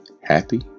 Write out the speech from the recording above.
happy